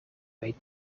weet